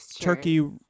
turkey